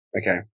Okay